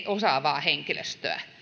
osaavaa henkilöstöä